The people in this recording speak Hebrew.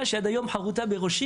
וזו תשובה שעד היות חרוטה בראשי,